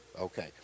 Okay